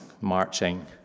marching